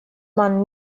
man